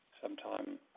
sometime